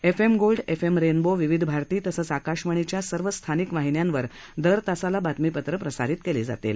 F M gold F M rainbow विविध भारती तसंच आकाशवाणीच्या सर्व स्थानिक वाहिन्यांवर दर तासाला बातमीपत्र प्रसारित केली जाणार आहेत